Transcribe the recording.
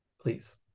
please